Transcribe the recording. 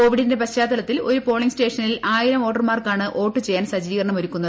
കോവിഡിന്റെ പ്രിച്ചാത്തലത്തിൽ ഒരു പോളിംഗ് സ്റ്റേഷനിൽ ആയിരം വോട്ടർമാർക്കാണ് വോട്ട് ചെയ്യാൻ സജ്ജീകരണം ഒരുക്കുന്നത്